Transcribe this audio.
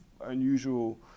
unusual